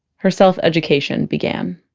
her self-education began